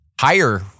higher